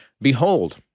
behold